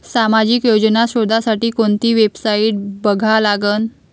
सामाजिक योजना शोधासाठी कोंती वेबसाईट बघा लागन?